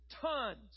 tons